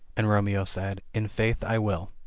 and romeo said, in faith i will.